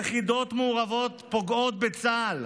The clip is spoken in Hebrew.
יחידות מעורבות פוגעות בצה"ל: